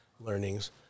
learnings